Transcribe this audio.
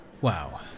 Wow